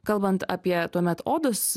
kalbant apie tuomet odos